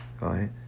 right